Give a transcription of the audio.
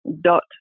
dot